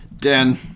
Dan